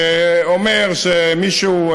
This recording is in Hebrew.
שאומר שמישהו,